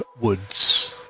Woods